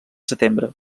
setembre